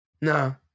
No